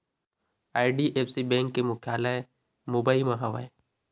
IDFC bank के मुख्यालय मुबई म हवय